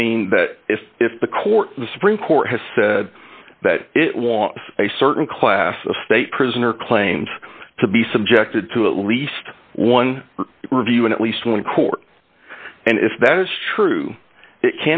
would mean that if the court the supreme court has said that it wants a certain class of state prisoner claims to be subjected to at least one review in at least one court and if that is true it